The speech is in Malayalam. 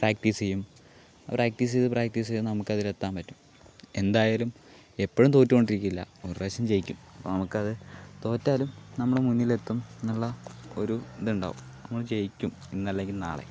പ്രാക്ടീസ് ചെയ്യും പ്രാക്ടീസ് ചെയ്ത് പ്രാക്ടീസ് ചെയ്ത് നമുക്ക് അതിൽ എത്താൻ പറ്റും എന്തായാലും എപ്പോഴും തോറ്റു കൊണ്ടിരിക്കില്ല ഒരു പ്രാവശ്യം ജയിക്കും അപ്പോൾ നമുക്കത് തോറ്റാലും നമ്മൾ മുന്നിലെത്തും എന്നുള്ള ഒരു ഇതുണ്ടാകും നമ്മൾ ജയിക്കും ഇന്നല്ലെങ്കിൽ നാളെ